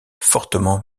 fortement